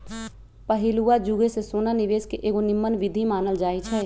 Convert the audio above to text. पहिलुआ जुगे से सोना निवेश के एगो निम्मन विधीं मानल जाइ छइ